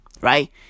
Right